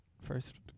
First